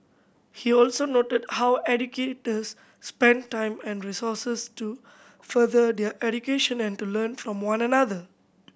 he also noted how educators spend time and resources to further their education and to learn from one another